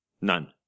None